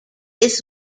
his